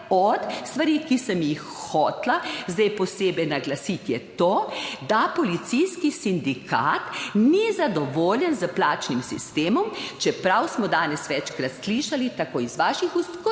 od stvari, ki sem jih hotela zdaj posebej naglasiti je to, da policijski sindikat ni zadovoljen s plačnim sistemom. Čeprav smo danes večkrat slišali, tako iz vaših ust kot